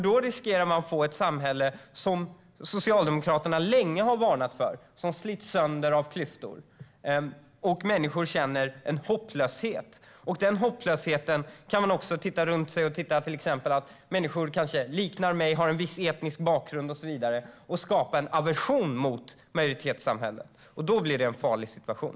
Då riskerar vi att få ett samhälle som Socialdemokraterna länge varnat för, ett samhälle som slits sönder av klyftor, ett samhälle där människor känner hopplöshet. Den hopplösheten visar sig i att människor som kanske liknar mig, har en annan etnisk bakgrund och så vidare, får en aversion mot majoritetssamhället. Då får vi en farlig situation.